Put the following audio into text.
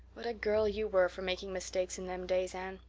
what a girl you were for making mistakes in them days, anne.